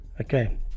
okay